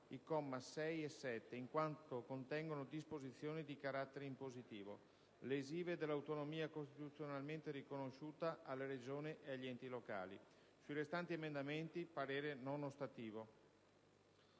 i commi 6 e 7, in quanto contengono disposizioni di carattere impositivo, lesive dell'autonomia costituzionalmente riconosciuta alle Regioni e agli enti locali; sui restanti emendamenti parere non ostativo».